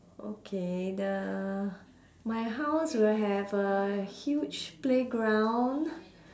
okay the my house will have a huge playground